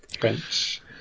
French